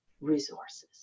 resources